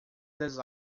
das